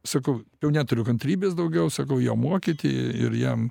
sakau jau neturiu kantrybės daugiau sakau jo mokyti i ir jam